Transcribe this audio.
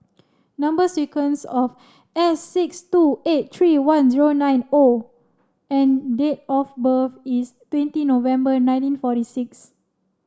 number sequence of S six two eight three one zero nine O and date of birth is twenty November nineteen forty six